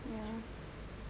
ya